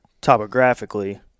topographically